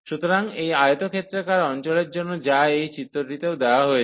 সুতরাং এই আয়তক্ষেত্রাকার অঞ্চলের জন্য যা এই চিত্রটিতেও দেওয়া হয়েছে